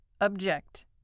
object